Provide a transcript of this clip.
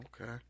Okay